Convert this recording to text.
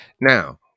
Now